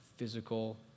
physical